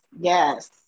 yes